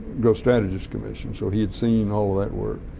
growth strategies commission, so he had seen all of that work.